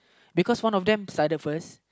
because one of them decided first